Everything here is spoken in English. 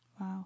Wow